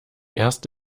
erst